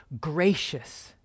gracious